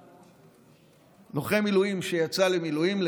לוחם מילואים שיצא למילואים,